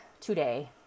today